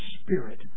spirit